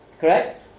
Correct